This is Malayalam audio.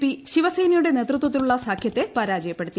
പി ശിവസേനയുടെ നേതൃത്വത്തിലുള്ള സഖ്യത്തെ പരാജയപ്പെടുത്തി